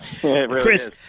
Chris